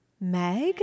Meg